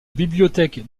bibliothèque